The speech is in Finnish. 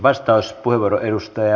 arvoisa puhemies